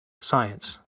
Science